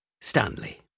Stanley